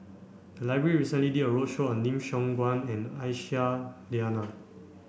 the library recently did a roadshow on Lim Siong Guan and Aisyah Lyana